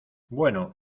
bueno